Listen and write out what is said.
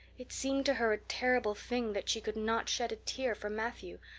it seemed to her a terrible thing that she could not shed a tear for matthew,